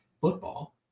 football